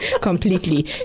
completely